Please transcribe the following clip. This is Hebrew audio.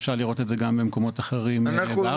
אפשר לראות את זה גם במקומות אחרים בארץ.